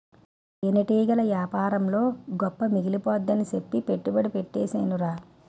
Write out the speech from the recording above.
తేనెటీగల యేపారంలో గొప్ప మిగిలిపోద్దని సెప్పి పెట్టుబడి యెట్టీసేనురా